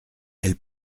elle